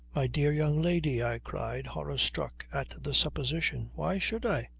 my dear young lady, i cried, horror-struck at the supposition. why should i?